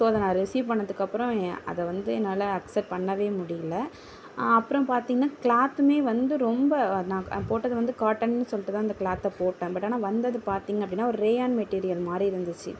so அதை நான் receive பண்ணதுக்கப்பறம் அதை வந்து என்னால் அக்செப்ட் பண்ணவே முடியல அப்புறம் பார்த்திங்கனா க்ளாத்துமே வந்து ரொம்ப நான் நான் போட்டது வந்து காட்டன்னு சொல்லிட்டு தான் அந்த க்ளாத்தை போட்டேன் பட் ஆனால் வந்தது பார்த்திங்க அப்படினா ஓர் ரேயான் மெட்டீரியல் மாதிரி இருந்துச்சு